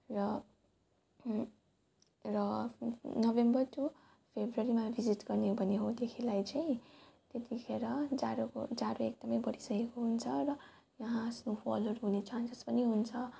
र र November to फेब्रुअरीमा भिजिट गर्ने हो भने हो देखिनलाई चाहिँ त्यतिखेर जाडोको जाडो एकदम बढिसकेको हुन्छ र यहाँ स्नोफलहरू हुने चान्सेस पनि हुन्छ